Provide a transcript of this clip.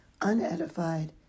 unedified